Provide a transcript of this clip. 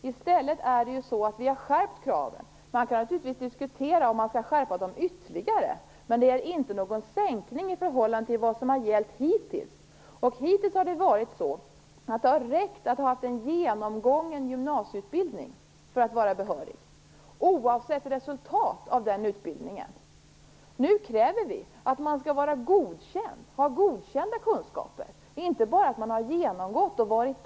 Vi har i stället skärpt kraven. Man kan naturligtvis diskutera om de skall skärpas ytterligare. Men det är inte fråga om någon sänkning i förhållande till vad som har gällt hittills. Hittills har det räckt att ha en genomgången gymnasieutbildning för att vara behörig, oavsett resultatet av utbildningen. Nu kräver vi att man skall ha godkända kunskaper och inte bara att man skall ha genomgått utbildningen.